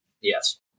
Yes